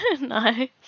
nice